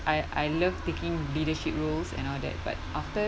I I love leadership roles and all that but after